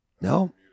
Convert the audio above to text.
No